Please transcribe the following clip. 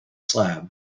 slab